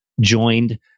joined